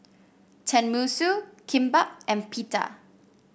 Tenmusu Kimbap and Pita